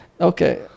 okay